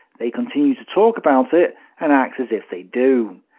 they continue to talk about it and act as if they do.